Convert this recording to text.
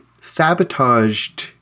sabotaged